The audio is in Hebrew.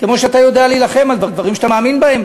כמו שאתה יודע להילחם על דברים שאתה מאמין בהם,